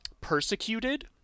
persecuted